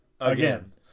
Again